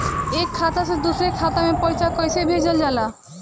एक खाता से दुसरे खाता मे पैसा कैसे भेजल जाला?